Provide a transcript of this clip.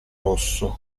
rosso